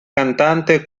cantante